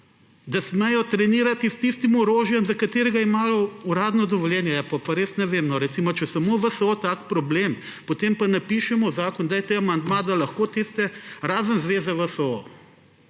da smejo trenirati s tistim orožjem, za katerega imajo uradno dovoljenje, ja, potem pa res ne vem. Če je samo VSO tak problem, potem pa napišemo zakon, dajte amandma, da lahko vse razen zveze VSO.